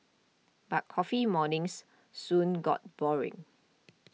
but coffee mornings soon got boring